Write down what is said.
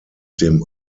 dem